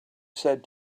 said